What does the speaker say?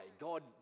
God